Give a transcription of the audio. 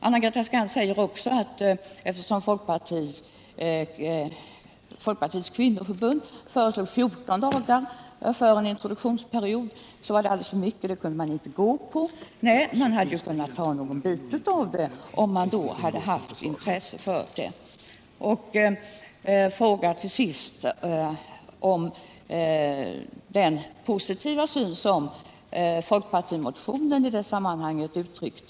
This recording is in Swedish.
Anna-Greta Skantz säger också att Folkpartiets kvinnoförbund föreslog 14 dagar för en introduktionsperiod, att det var alldeles för mycket och att socialdemokraterna därför inte kunde gå på den linjen. Men man hade ju kunnat ta någon bit av det förslaget, om man då hade haft något intresse för saken. Till sist nämnde Anna-Greta Skantz den positiva syn på de här frågorna som folkpartimotionen i sammanhanget gav uttryck för.